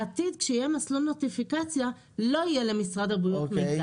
בעתיד כשיהיה מסלול נוטיפיקציה לא יהיה למשרד הבריאות מידע.